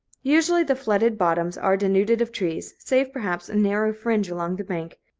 usually the flooded bottoms are denuded of trees, save perhaps narrow fringe along the bank,